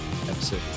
episode